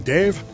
Dave